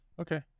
Okay